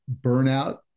burnout